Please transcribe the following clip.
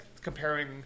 comparing